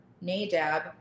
Nadab